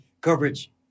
coverage